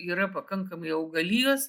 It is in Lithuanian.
yra pakankamai augalijos